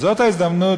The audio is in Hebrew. וזאת ההזדמנות,